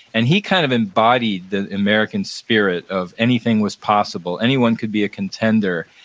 and he kind of embodied the american spirit of anything was possible, anyone could be a contender.